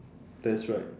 that's right